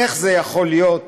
איך זה יכול להיות